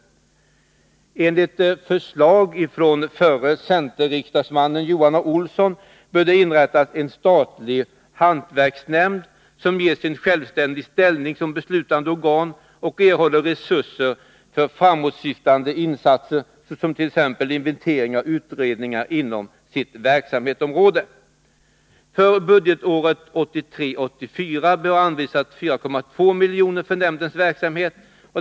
Enligt förslag av förre centerriksdagsmannen Johan A. Olsson bör det inrättas en statlig hantverksnämnd som ges en självständig ställning som beslutande organ och erhåller resurser för framåtsyftande insatser, såsom inventeringar och utredningar inom sitt verksamhetsområde. För budgetåret 1983/84 bör 4,2 miljoner anvisas för nämndens verksamhet.